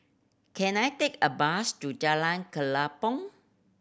can I take a bus to Jalan Kelempong